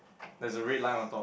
there's a red line on top